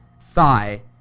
thigh